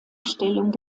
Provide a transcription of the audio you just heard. stellung